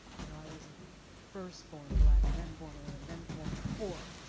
you know i wasn't first born black, then born a woman, then born poor.